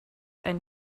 ein